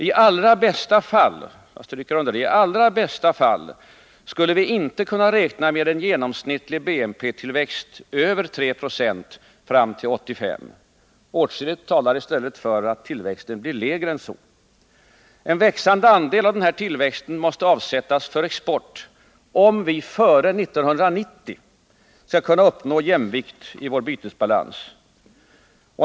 T allra bästa fall — jag stryker under det — skulle vi inte kunna räkna med en genomsnittlig BNP-tillväxt över 3 Zo fram till 1985. Åtskilligt talar i stället för att tillväxten blir lägre än så. En växande andel måste avsättas för export, om vi före 1990 skall kunna uppnå jämvikt i vår bytesbalans.